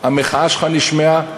המחאה שלך נשמעה.